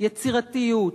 יצירתיות,